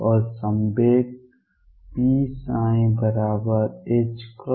और संवेग pψℏk ψ